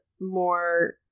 more